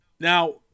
Now